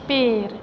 पेड़